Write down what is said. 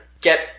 get